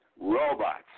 Robots